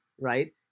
right